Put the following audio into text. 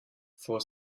for